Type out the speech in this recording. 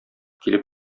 килеп